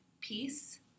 peace